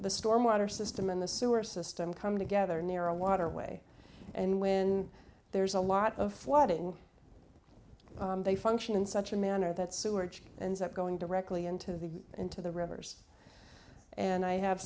the storm water system and the sewer system come together near a waterway and when there's a lot of flooding they function in such a manner that sewerage ends up going directly into the into the rivers and i have